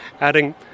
adding